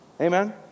Amen